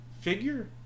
figure